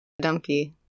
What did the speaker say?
Dumpy